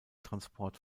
transport